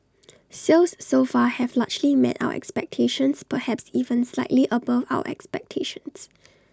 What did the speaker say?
sales so far have largely met our expectations perhaps even slightly above our expectations